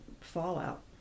fallout